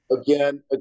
Again